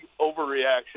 overreaction